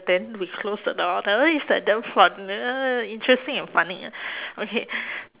then we close the door that one is the damn fun ah interesting and funny ah okay